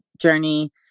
journey